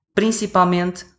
principalmente